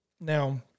Now